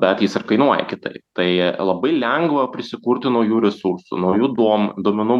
bet jis ir kainuoja kitaip tai labai lengva prisikurti naujų resursų naujų duom duomenų